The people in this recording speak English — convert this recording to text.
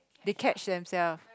they catch themselves